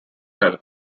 realm